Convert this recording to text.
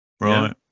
Right